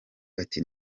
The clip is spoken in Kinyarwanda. ati